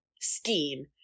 scheme